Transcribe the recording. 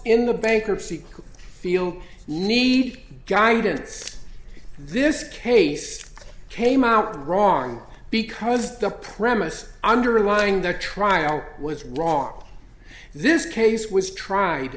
the bankruptcy feel needed guidance this case came out wrong because the premise underlying their trial was wrong this case was tried